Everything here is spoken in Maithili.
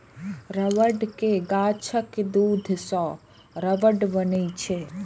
रबड़ के गाछक दूध सं रबड़ बनै छै